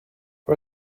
for